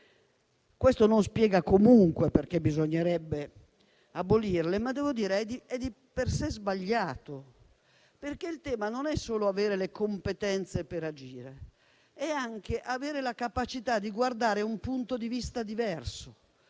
Questo non spiega comunque perché bisognerebbe abolirle, ma devo dire che è di per sé sbagliato, perché il tema non è solo avere le competenze per agire, ma è anche avere la capacità di guardare da un punto di vista diverso,